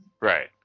Right